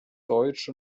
deutsch